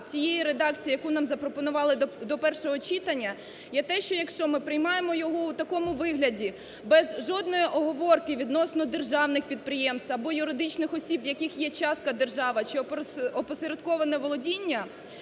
цією редакцією, яку нам запропонували до першого читання, є те, що якщо ми приймаємо його в такому вигляді без жодної оговорки відносно державних підприємств або юридичних осіб, в яких є частка держави чи опосередковане володіння,